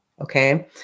Okay